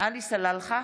עלי סלאלחה,